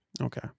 Okay